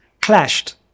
clashed